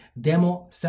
demo